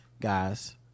guys